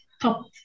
top